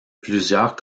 plusieurs